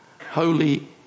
Holy